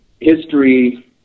history